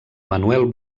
manuel